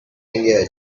tangier